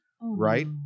right